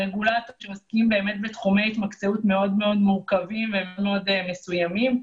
רגולטורים שעוסקים בתחומי התמקצעות מאוד מאוד מורכבים ומאוד מסוימים.